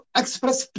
express